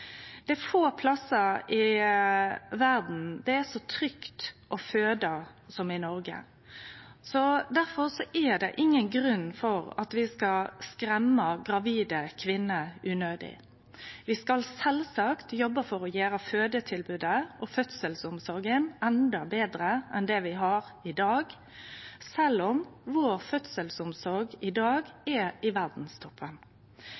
Det er få plassar i verda der det er så trygt å føde som i Noreg. Difor er det ingen grunn til at vi skal skremme gravide kvinner unødig. Vi skal sjølvsagt jobbe for å gjere fødetilbodet og fødselsomsorga endå betre enn i dag, sjølv om fødselsomsorga vår i dag er i